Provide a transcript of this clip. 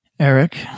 Eric